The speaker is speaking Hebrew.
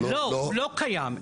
לא, הוא לא קיים.